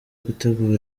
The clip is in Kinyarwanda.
gutegura